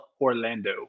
Orlando